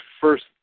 first